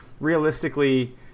Realistically